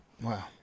Wow